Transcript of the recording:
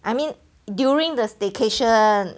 I mean during the staycation